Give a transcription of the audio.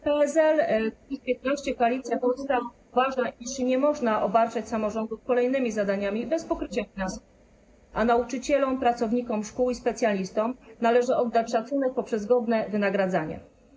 PSL-Kukiz15, Koalicja Polska uważa, iż nie można obarczać samorządów kolejnymi zadaniami bez pokrycia finansowego, a nauczycielom, pracownikom szkół i specjalistom należy oddać szacunek poprzez godne wynagradzanie.